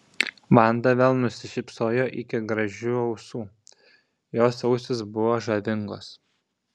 vanda vėl nusišypsojo iki gražių ausų jos ausys buvo žavingos